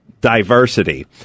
diversity